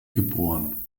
geboren